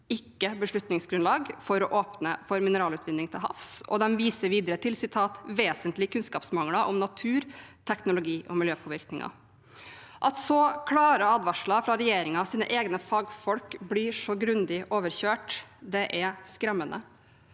ikke beslutningsgrunnlag for å åpne for mineralutvinning til havs. De viser videre til «vesentlige kunnskapsmangler om natur, teknologi, og miljøvirkninger». At så klare advarsler fra regjeringens egne fagfolk blir så grundig overkjørt, er skremmende.